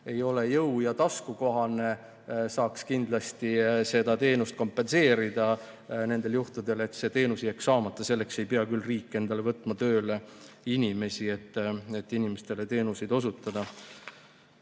ei ole jõu‑ ja taskukohane, saaks kindlasti seda teenust kompenseerida nendel juhtudel, et see teenus ei jääks saamata. Selleks ei pea küll riik võtma tööle inimesi, et inimestele teenuseid osutada.